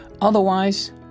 Otherwise